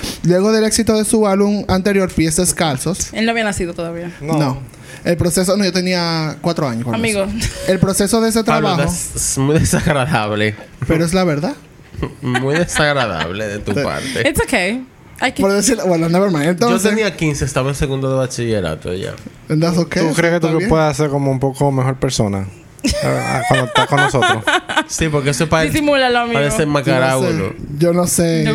Luego del éxito de su álbum anterior, Fiestas Calzos. Él no había nacido todavía. No. No. El proceso- no, yo tenía cuatro años cuando Amigo. nació. El proceso de ese Pablo, trabajo- es- es muy desagradable. Pero es la verdad. Muy desagradable de tu Sí. parte. It's okay. Ay, qué- Por decirlo- bueno, never mind. Yo Entonces- tenía 15, estaba en segundo de bachillerato, ya. ¿En verdad? Ok, ¿Tú eso crees que tú está bien. puedes ser como un poco mejor persona? Ah, cuando estás con nosotros. Sí, porque eso parece- Disimúlalo, amigo. parece Yo no sé. macarábulo, ¿no? Yo no sé. No-